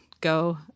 go